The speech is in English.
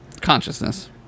Consciousness